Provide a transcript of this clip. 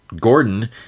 Gordon